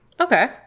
Okay